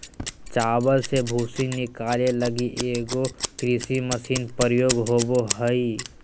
चावल से भूसी निकाले लगी एगो कृषि मशीन प्रयोग होबो हइ